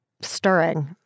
stirring